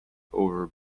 over